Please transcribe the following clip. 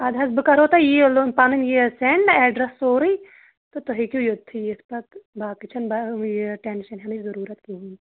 اَدٕ حظ بہٕ کَرہو تۄہہِ یہِ پَنٕنۍ یہِ سیٚنٛڈ نا ایٚڈرس سورُے تہٕ تُہۍ ہیٚکِو یوٚتُے یِتھ پَتہٕ باقٕے چھَنہٕ با یہِ ٹیٚنشَن ہیٚنٕچ ضٔروٗرت کِہیٖنٛۍ